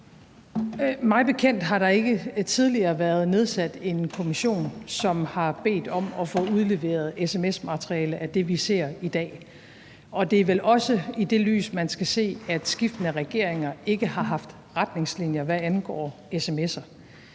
Mig bekendt har der ikke tidligere været nedsat en kommission, som har bedt om at få udleveret sms-materiale – det, vi ser i dag. Og det er vel også i det lys, man skal se, at skiftende regeringer ikke har haft retningslinjer, hvad angår sms'er.